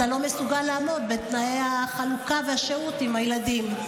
אתה לא מסוגל לעמוד בתנאי החלוקה והשהות עם הילדים.